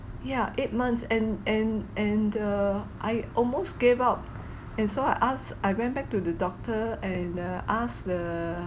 ya eight months and and and err I almost gave up and so I asked I went back to the doctor and uh ask the